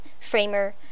framer